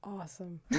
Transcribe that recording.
awesome